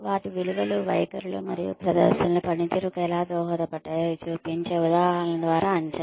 వాటి విలువలు వైఖరులు మరియు ప్రవర్తనలు పనితీరుకు ఎలా దోహదపడ్డాయో చూపించే ఉదాహరణల ద్వారా అంచనా